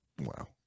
wow